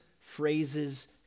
phrases